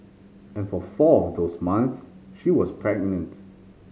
and for four of those months she was pregnant